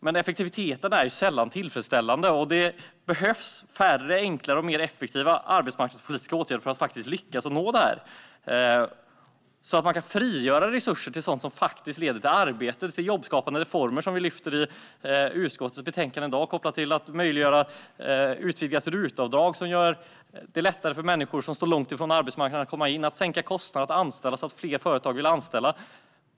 Men effektiviteten är sällan tillfredsställande. Det behövs färre, enklare och mer effektiva arbetsmarknadspolitiska åtgärder för att man ska lyckas med detta. På det sättet kan man frigöra resurser till sådant som leder till arbete, bland annat jobbskapande reformer, som vi lyfter fram i utskottets betänkande i dag, kopplade till att möjliggöra ett utvidgat RUT-avdrag. Det skulle göra det lättare för människor som står långt ifrån arbetsmarknaden att komma in på den. Man bör sänka kostnaderna för att anställa så att fler företag vill anställa.